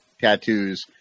tattoos